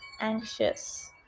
anxious